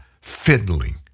fiddling